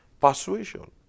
Persuasion